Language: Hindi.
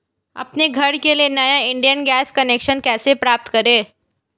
अपने घर के लिए नया इंडियन गैस कनेक्शन कैसे प्राप्त करें?